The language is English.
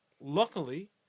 luckily